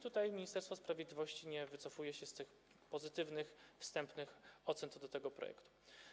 Tutaj Ministerstwo Sprawiedliwości nie wycofuje się z tych wstępnych pozytywnych ocen co do tego projektu.